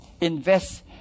Invest